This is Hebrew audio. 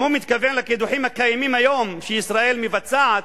אם הוא מתכוון לקידוחים הקיימים היום שישראל מבצעת,